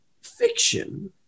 fiction